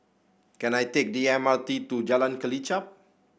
can I take the M R T to Jalan Kelichap